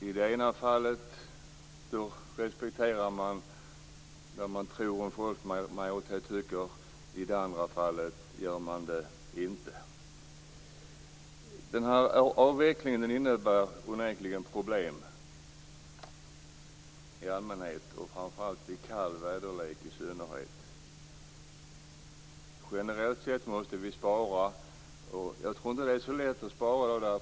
I det ena fallet respekterar man det man tror att en folkmajoritet tycker; i det andra fallet gör man det inte. Denna avveckling innebär onekligen problem i allmänhet och vid kall väderlek i synnerhet. Generellt sett måste vi spara, men jag tror inte att det är så lätt att spara i dag.